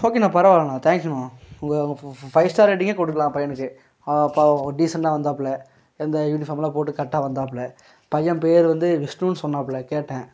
ஓகேண்ணா பரவாயில்லைண்ணா தேங்க்யூண்ணா ஃபை ஸ்டார் ரேட்டிங்கே கொடுக்கலாம் பையனுக்கு ப டீசண்ட்டா வந்தாப்புல இந்த யுனிஃபார்ம்லாம் போட்டு கரெக்டா வந்தாப்புல பையன் பேரு வந்து விஷ்ணுனு சொன்னாப்புல கேட்டேன்